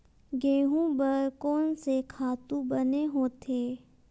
गेहूं बर कोन से खातु बने होथे?